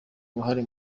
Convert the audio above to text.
uruhare